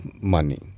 money